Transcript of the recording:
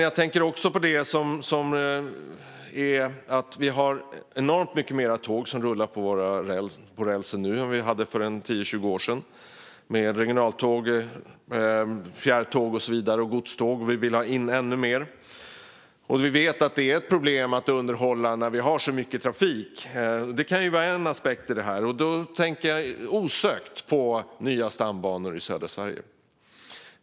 Jag tänker också på att vi har enormt många fler tåg som rullar på vår räls nu än vi hade för 10-20 år sedan - regionaltåg, fjärrtåg, godståg och så vidare - och vi vill ha in ännu fler. Vi vet att det är ett problem att underhålla när vi har så mycket trafik. Det kan vara en aspekt i fråga om detta. Då tänker jag osökt på nya stambanor i södra Sverige.